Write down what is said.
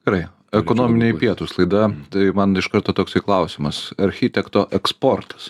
gerai ekonominiai pietūs laida tai man iš karto toksai klausimas architekto eksportas